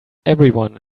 everyone